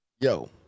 Yo